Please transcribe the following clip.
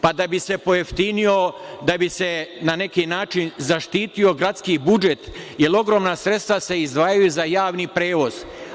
Pa, da bi se pojeftinio, da bi se na neki način zaštitio gradski budžet, jer ogromna sredstva se izdvajaju za javni prevoz.